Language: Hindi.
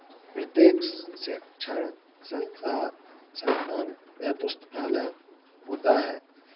प्रत्येक शिक्षण संस्था संस्थान में पुस्तकालय होता है